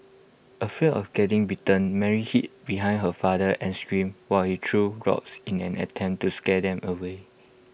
afraid of getting bitten Mary hid behind her father and screamed while he threw rocks in an attempt to scare them away